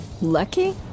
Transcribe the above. Lucky